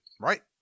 Right